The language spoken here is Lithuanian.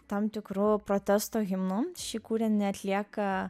tam tikru protesto himnu šį kūrinį atlieka